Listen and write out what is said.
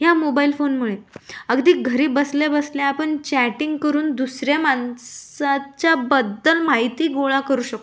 ह्या मोबाईल फोनमुळे अगदी घरी बसल्या बसल्या आपण चॅटिंग करून दुसऱ्या माणसाच्याबद्दल माहिती गोळा करू शकतो